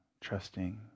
trusting